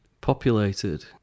populated